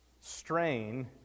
strain